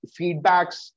feedbacks